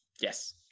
Yes